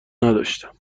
نداشتم